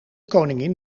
koningin